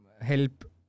help